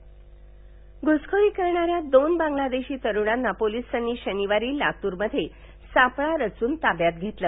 लातूर घुसखोरी करणाऱ्या दोन बागलादेशी तरुणांना पोलीसांनी शनिवारी लातूरमध्ये सापळा रचून ताब्यात घेतलं